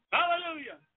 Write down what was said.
Hallelujah